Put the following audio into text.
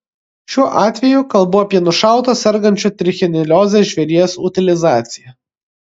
šiuo atveju kalbu apie nušauto sergančio trichinelioze žvėries utilizaciją